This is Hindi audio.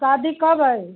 शादी कब है